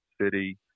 city